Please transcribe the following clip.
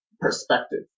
perspective